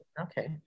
okay